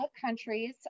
countries